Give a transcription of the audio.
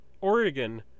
Oregon